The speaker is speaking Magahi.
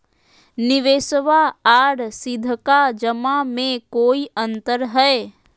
निबेसबा आर सीधका जमा मे कोइ अंतर हय?